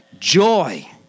Joy